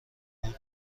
بود